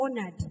honored